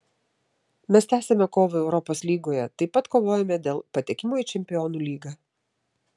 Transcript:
mes tęsiame kovą europos lygoje taip pat kovojame dėl patekimo į čempionų lygą